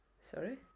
Sorry